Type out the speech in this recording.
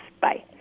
Bye